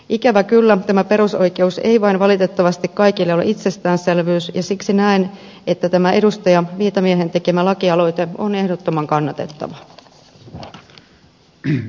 ikävä kyllä tämä perusoikeus ei vain valitettavasti kaikille ole itsestäänselvyys ja siksi näen että tämä edustaja viitamiehen tekemä lakialoite on ehdottoman kannatettava